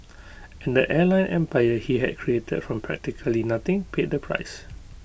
and the airline empire he had created from practically nothing paid the price